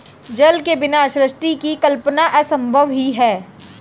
जल के बिना सृष्टि की कल्पना असम्भव ही है